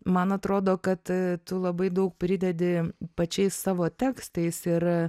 man atrodo kad tu labai daug pridedi pačiais savo tekstais ir